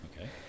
Okay